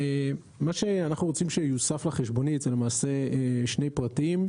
מה שאנחנו רוצים שיוסף לחשבונית זה שני פרטים,